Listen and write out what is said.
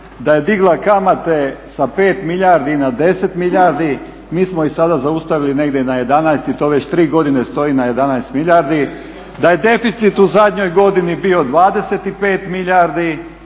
da je digla kamate sa 5 milijardi na 10 milijardi. Mi smo ih sada zaustavili negdje na 11 i to već tri godine stoji na 11 milijardi. Da je deficit u zadnjoj godini bio 25 milijardi